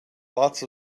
lots